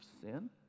sin